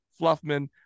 Fluffman